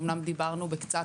אמנם דיברנו בקצת,